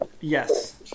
Yes